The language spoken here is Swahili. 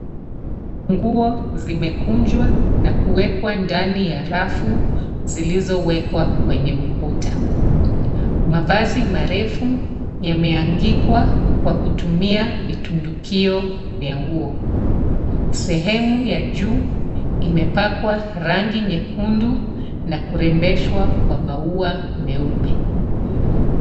Nguo zimekunjwa na kuwekwa ndani ya rafu zilizowekwa kwenye ukuta. Mavazi marefu yameangikwa kwa kutumia vitundukio vya nguo. Sehemu ya juu imepakwa rangi nyekundu na kurembeshwa kwa maua meupe.